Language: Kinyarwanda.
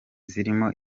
zirimo